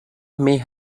may